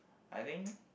I think